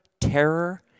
terror